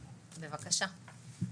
בבקשה.